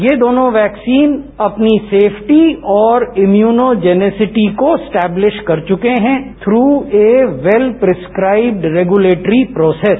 ये दोनो वैक्सीन अपनी सेफ्टी और इम्यूनोजेनेसिटी को एस्टैबलिश कर चुके हैं through a well prescribed regulatory process